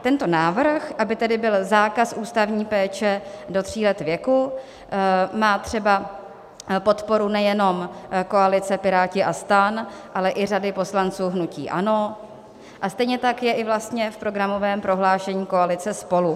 Tento návrh, aby tedy byl zákaz ústavní péče do tří let věku, má třeba podporu nejen koalice Piráti a STAN, ale i řady poslanců hnutí ANO, a stejně tak je vlastně i v programovém prohlášení koalice SPOLU.